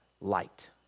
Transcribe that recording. light